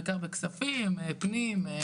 הבאנו את אגף התקציבים ואמרנו שלא משנה מה יהיה המנגנון,